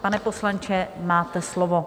Pane poslanče, máte slovo.